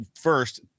first